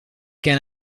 can